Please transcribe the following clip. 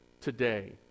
today